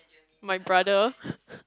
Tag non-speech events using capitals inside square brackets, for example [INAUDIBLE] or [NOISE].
my brother [LAUGHS]